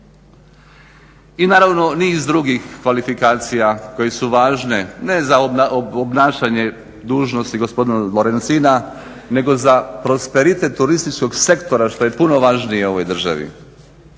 I naravno niz drugih kvalifikacija koje su važne, ne za obnašanje dužnosti gospodina Lorencina, nego za prosperitet turističkog sektora što je puno važnije ovoj državi.